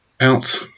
out